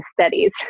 studies